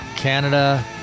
Canada